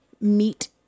meet